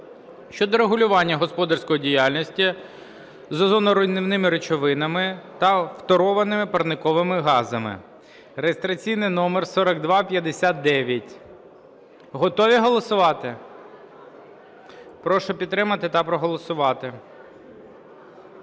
щодо регулювання господарської діяльності з озоноруйнівними речовинами та фторованими парниковими газами (реєстраційний номер 4259). Готові голосувати? Прошу підтримати та проголосувати.